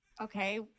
okay